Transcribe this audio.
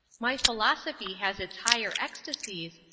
my philosophy has its higher ecstasies,